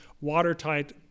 watertight